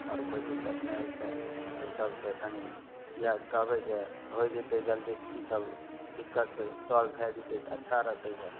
आओर कोइ दिक्कत नहि होइ छै ई सबसे तनी इएह कहबै जे होइ जतेक जल्दी ई सब दिक्कत से सोल्व भए जेतै तऽ अच्छा रहतै